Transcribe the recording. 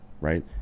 right